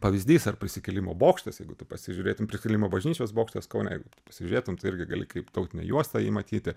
pavyzdys ar prisikėlimo bokštas jeigu tu pasižiūrėtum prisikėlimo bažnyčios bokštas kaune jeigu t pasižiūrėtum tai irgi gali kaip tautinę juostą jį matyti